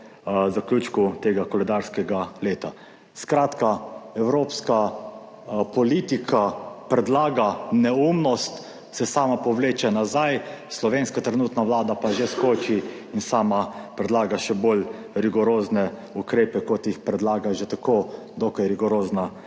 zaključku tega koledarskega leta. Skratka, evropska politika predlaga neumnost, se sama povleče nazaj, slovenska trenutna vlada pa že skoči in sama predlaga še bolj rigorozne ukrepe, kot jih predlaga že tako dokaj rigorozna